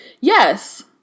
yes